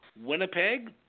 Winnipeg